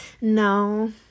No